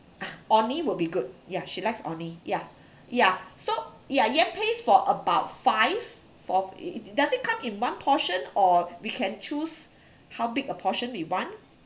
ah orh nee will be good yeah she likes orh nee yeah yeah so yeah yam paste for about five for it does it come in one portion or we can choose how big a portion we want